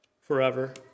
forever